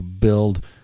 build